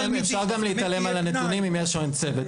אפשר גם להתעלם על הנתונים אם יש או אין צוות.